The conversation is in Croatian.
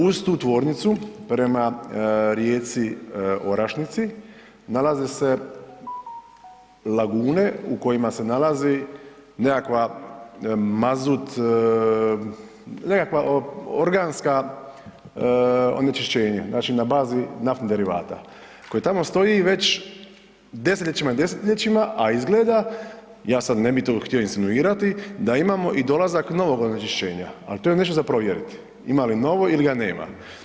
Uz tu tvornicu prema rijeci Orašnici nalaze se lagune u kojima se nalazi nekakva mazut, nekakva organska onečišćenja, znači na bazi naftnih derivata, koji tamo stoji već desetljećima i desetljećima, a izgleda, ja sad ne bi tu htio insinuirati, da imamo i dolazak novog onečišćenja, al to je nešto za provjeriti, ima li novo ili ga nema.